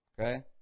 Okay